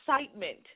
excitement